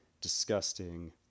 disgusting